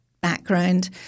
background